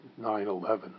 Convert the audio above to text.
9/11